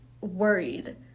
worried